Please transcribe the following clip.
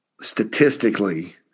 statistically